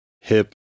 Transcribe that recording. hip